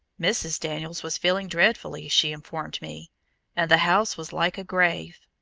mrs. daniels was feeling dreadfully, she informed me and the house was like a grave.